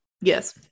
Yes